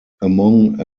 among